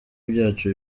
byacu